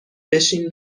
بشین